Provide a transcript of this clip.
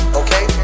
okay